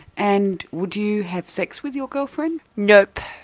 and would you have sex with your girlfriend. nope.